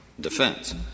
defense